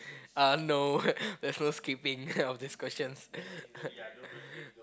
uh no there's no skipping of this questions